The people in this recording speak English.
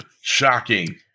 Shocking